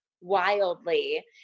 wildly